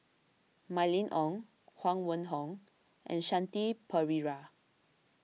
Mylene Ong Huang Wenhong and Shanti Pereira